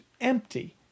empty